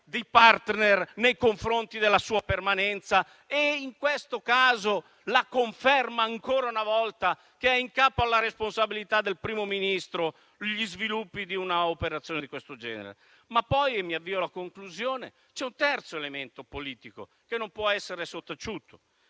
dei *partner* nei confronti della sua permanenza e in questo caso la conferma, ancora una volta, che sono in capo alla responsabilità del Primo Ministro gli sviluppi di una operazione di questo genere. Avviandomi alla conclusione, rilevo che c'è poi un terzo elemento politico che non può essere sottaciuto